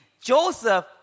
Joseph